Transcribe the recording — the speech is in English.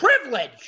privilege